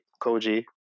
koji